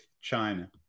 China